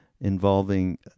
involving